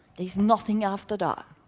there's nothing after that.